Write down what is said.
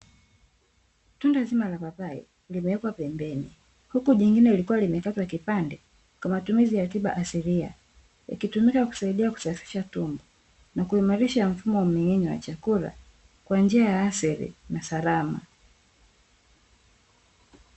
Tunda zima la papai limewekwa pembeni, huku jingine lilikuwa limekatwa kipande kwa matumizi ya tiba asilia, ikitumika kusaidia kusafisha tumbo na kuimarisha mfumo wa meng’enyo wa chakula kwa njia ya asili na salama.